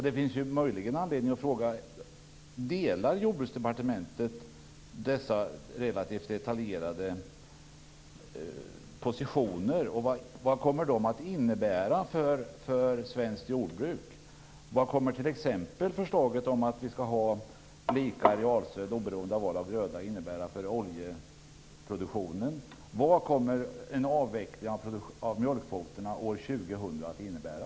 Det finns möjligen anledning att fråga: Delar Jordbruksdepartementet dessa relativt detaljerade positioner, och vad kommer de att innebära för svenskt jordbruk? Vad kommer t.ex. förslaget om lika arealstöd oberoende av val av gröda att innebära för oljeproduktionen? Vad kommer en avveckling av mjölkkvoterna år 2000 att innebära?